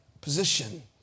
position